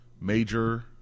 major